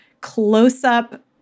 close-up